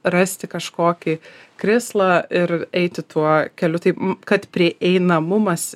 rasti kažkokį krislą ir eiti tuo keliu tai kad prieinamumas